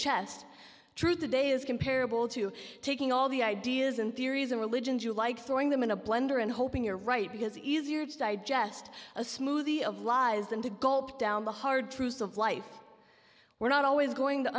chest true today is comparable to taking all the ideas and theories of religions you like throwing them in a blender and hoping you're right because easier to digest a smoothie of lies than to gulp down the hard truths of life we're not always going to